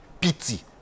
pity